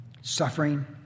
suffering